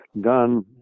done